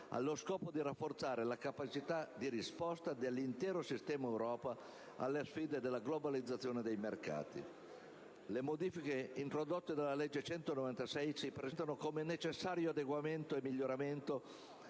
allo scopo di rafforzare la capacità di risposta dell'intero sistema Europa alle sfide della globalizzazione dei mercati. Le modifiche introdotte dalla legge n. 196 del 2009 si presentano come necessario adeguamento e miglioramento